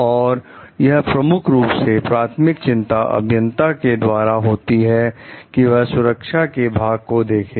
और यह प्रमुख रूप से प्राथमिक चिंता अभियंता की द्वारा होती है कि वह सुरक्षा के भाग को देखें